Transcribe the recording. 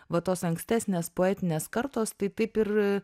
va tos ankstesnės poetinės kartos tai taip ir